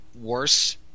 worse